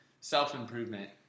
self-improvement